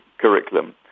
curriculum